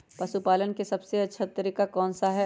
पशु पालन का सबसे अच्छा तरीका कौन सा हैँ?